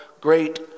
great